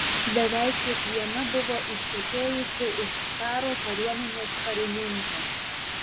beveik kiekviena buvo ištekėjusi už caro kariuomenės karininko